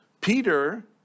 Peter